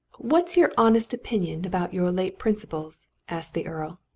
what's your honest opinion about your late principals? asked the earl.